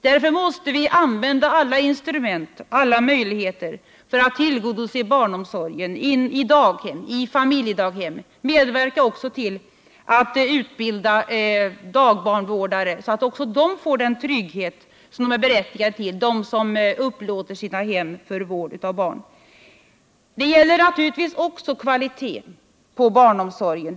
Därför måste vi använda alla instrument, alla möjligheter, för att tillgodose behovet av barnomsorg, i daghem och familjedaghem. Vi måste också medverka till att utbilda dagbarnvårdare, så att också de får den trygghet som de är berättigade till — de som upplåter sina hem för vård av barn. Det gäller naturligtvis också att ha kvalitet på barnomsorgen.